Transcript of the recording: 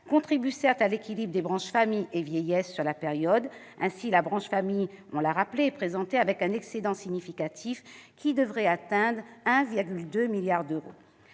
contribue, certes, à l'équilibre des branches famille et vieillesse sur la période. Ainsi, cela a été rappelé, la branche famille est présentée avec un excédent significatif, qui devrait atteindre 1,2 milliard d'euros.